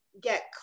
get